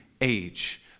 age